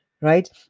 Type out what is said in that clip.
Right